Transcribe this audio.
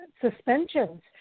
suspensions